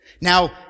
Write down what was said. Now